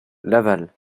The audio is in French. laval